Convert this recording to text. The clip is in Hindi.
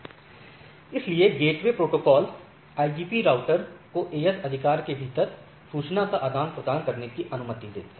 इसलिए interior gateway protocol IGP router को एएस अधिकार के भीतर सूचना का आदान प्रदान करने की अनुमति देता है